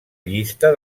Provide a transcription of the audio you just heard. llista